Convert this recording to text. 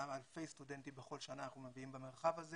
כמה אלפי סטודנטים בכל שנה אנחנו מביאים במרחב הזה